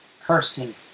cursing